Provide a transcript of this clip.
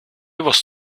was